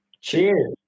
cheers